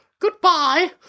Goodbye